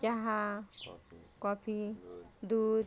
चहा कॉफी दूध